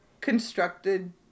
constructed